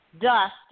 dust